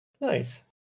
Nice